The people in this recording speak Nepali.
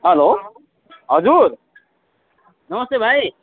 हेलो हजुर नमस्ते भाइ